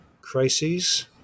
crises